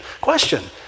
Question